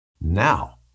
Now